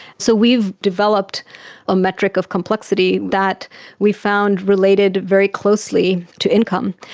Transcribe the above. so we've developed a metric of complexity that we found related very closely to income.